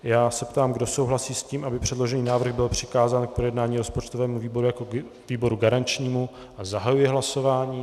Já se ptám, kdo souhlasí s tím, aby předložený návrh byl přikázán k projednání rozpočtovému výboru jako výboru garančnímu, a zahajuji hlasování.